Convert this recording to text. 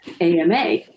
AMA